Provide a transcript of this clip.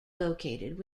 located